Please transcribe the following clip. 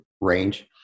range